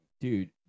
Dude